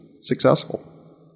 successful